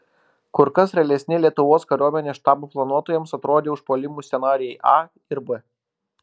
kur kas realesni lietuvos kariuomenės štabo planuotojams atrodė užpuolimų scenarijai a ir b